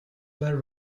were